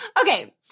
Okay